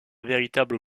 véritable